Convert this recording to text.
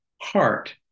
Heart